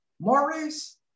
Maurice